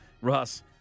Russ